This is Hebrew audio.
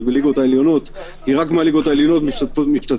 להגדרת